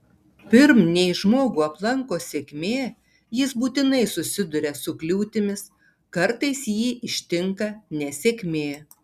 pirm nei žmogų aplanko sėkmė jis būtinai susiduria su kliūtimis kartais jį ištinka nesėkmė